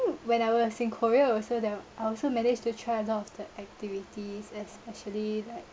when I was korea also there I also managed to try a lot of the activities especially like